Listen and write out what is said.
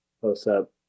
close-up